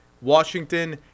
Washington